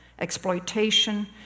Exploitation